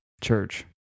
church